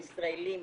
הישראלים,